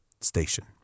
station